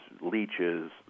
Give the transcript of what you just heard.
leeches